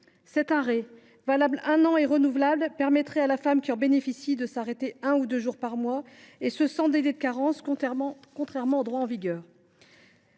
Cet arrêt, valable un an et renouvelable, permettrait à la femme qui en bénéficie de s’absenter un ou deux jours par mois et d’être indemnisée sans délai de carence, contrairement au droit en vigueur.